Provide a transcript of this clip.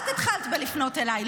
את התחלת בלפנות אליי,